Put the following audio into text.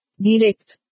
Direct